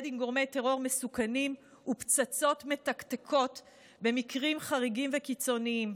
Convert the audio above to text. עם גורמי טרור מסוכנים ופצצות מתקתקות במקרים חריגים וקיצוניים.